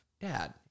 dad